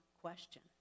question